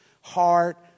heart